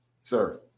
sir